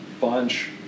bunch